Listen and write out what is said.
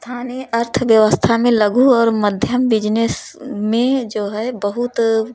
स्थानीय अर्थव्यवस्था में लघु और मध्यम बिजनेस में जो है बहुत